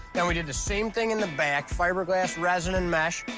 then we did the same thing in the back fiberglass, resin, and mesh.